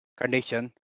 condition